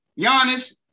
Giannis